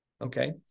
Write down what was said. Okay